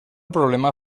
problema